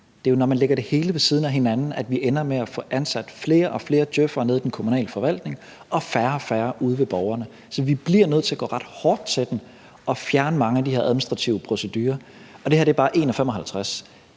Det er jo, når man lægger det hele ved siden af hinanden, at man ender med at få ansat flere og flere djøf'ere nede i den kommunale forvaltning og færre og færre ansatte ude ved borgerne. Så vi bliver nødt til at gå ret hårdt til den og fjerne mange af de her administrative procedurer. Det her er bare én